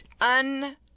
un